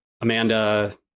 Amanda